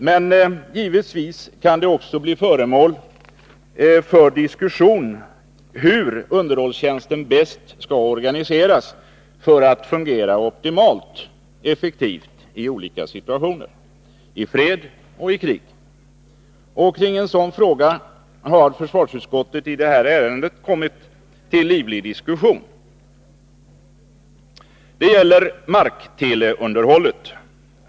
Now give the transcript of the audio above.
Men givetvis kan det också bli diskussioner om hur underhållstjänsten bäst skall organiseras för att fungera optimalt effektivt i olika situationer — i fred och i krig. Och kring en sådan fråga har försvarsutskottet i det här ärendet kommit till livlig diskussion. Det gäller markteleunderhållet.